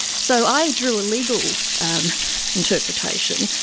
so i drew a legal um interpretation,